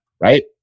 right